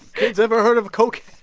kids ever heard of. clearly,